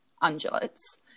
Undulates